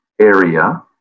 area